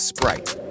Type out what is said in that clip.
Sprite